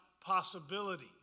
possibility